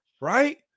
Right